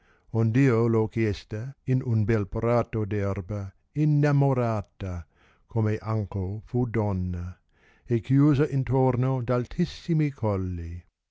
ond io v ho chiesta in un bel prato d erba innamorata come anco fu donna chiusa intomo d altissimi colli